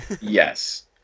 Yes